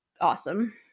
awesome